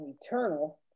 eternal